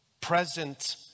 present